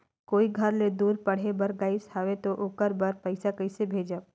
कोई घर ले दूर पढ़े बर गाईस हवे तो ओकर बर पइसा कइसे भेजब?